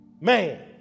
man